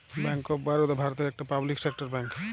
bank of Baroda ভারতের একটা public sector bank